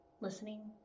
listening